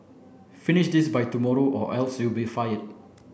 finish this by tomorrow or else you'll be fired